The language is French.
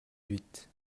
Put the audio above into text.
huit